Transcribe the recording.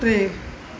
टे